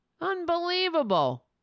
Unbelievable